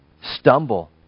stumble